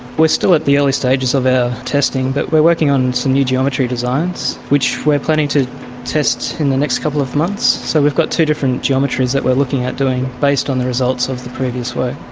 we're still at the early stages of our testing, but we're working on some new geometry designs which we're planning to test in the next couple of months. so we've got two different geometries that we're looking at doing, based on the results of the previous work.